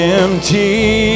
empty